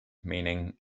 meaning